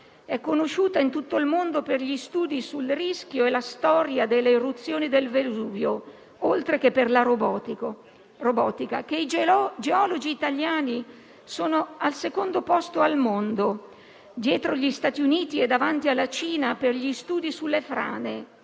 è conosciuta in tutto il mondo per gli studi sul rischio e la storia delle eruzioni del Vesuvio, oltre che per la robotica; che i geologi italiani sono al secondo posto al mondo, dietro gli Stati Uniti e davanti alla Cina, per gli studi sulle frane